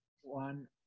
One